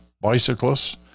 bicyclists